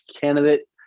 candidate